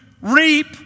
reap